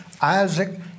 Isaac